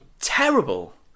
terrible